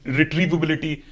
retrievability